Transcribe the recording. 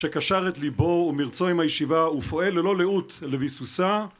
שקשר את ליבו ומרצו עם הישיבה ופועל ללא לאות לביסוסה